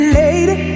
lady